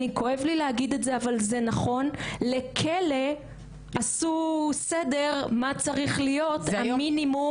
כואב לי להגיד את זה אבל זה נכון: לכלא עשו סדר מה צריך להיות המינימום,